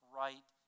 right